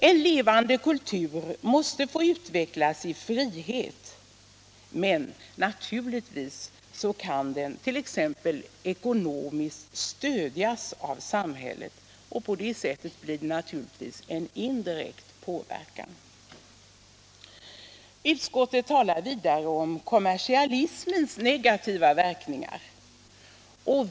En levande kultur måste få utvecklas i frihet, men naturligtvis kan den t.ex. ekonomiskt stödjas av samhället. På det sättet blir det en indirekt påverkan. Utskottet talar vidare om kommersialismens negativa verkningar.